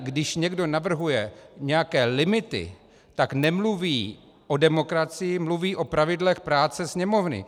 Když někdo navrhuje nějaké limity, tak nemluví o demokracii, mluví o pravidlech práce Sněmovny.